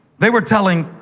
they were telling,